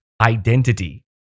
identity